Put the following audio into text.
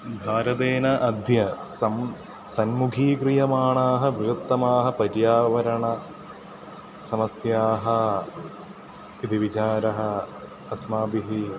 भारतेन अद्य सम् संमुखीक्रियमाणाः विवृत्तमाः पर्यावरण समस्याः इति विचारः अस्माभिः